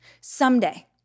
Someday